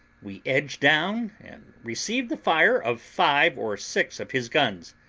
we edged down, and received the fire of five or six of his guns.